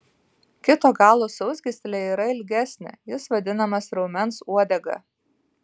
kito galo sausgyslė yra ilgesnė jis vadinamas raumens uodega